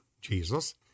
Jesus